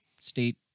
state